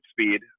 speed